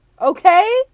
Okay